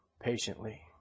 patiently